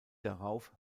darauf